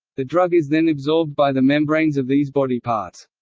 the drug is then absorbed by the membranes of these body parts.